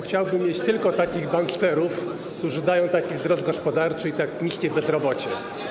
Chciałbym, żeby byli tylko tacy banksterzy, którzy dają taki wzrost gospodarczy i tak niskie bezrobocie.